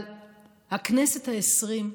אבל בכנסת העשרים,